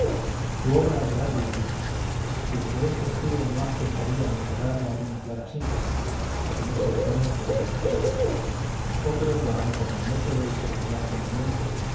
su obra es grande y rica y el que esto escribe no acertaría a encerrarla en una clara síntesis por mucho empeño que en ello pusiera otros lo harán con el método y serenidad convenientes